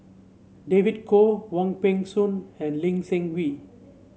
David Kwo Wong Peng Soon and Lee Seng Wee